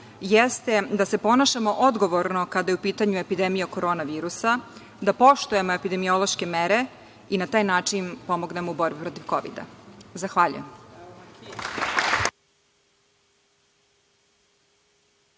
jeste da se ponašamo odgovorno kada je u pitanju epidemija korona virusa, da poštujemo epidemiološke mere i na taj način pomognemo u borbi protiv Kovida. Zahvaljujem.